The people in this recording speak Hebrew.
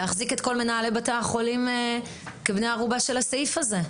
להחזיק את כל מנהלי בתי החולים כבני ערובה של הסעיף הזה.